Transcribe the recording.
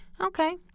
Okay